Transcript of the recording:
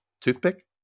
toothpick